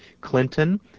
clinton